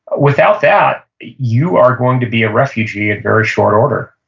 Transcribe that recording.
without that, you are going to be a refugee in very short order,